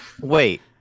Wait